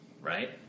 right